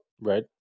right